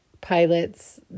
pilots